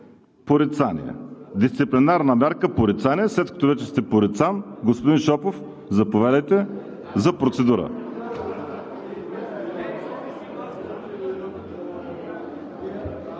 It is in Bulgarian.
„порицание“, дисциплинарна мярка „порицание“! След като вече сте порицан, господин Шопов, заповядайте за процедура.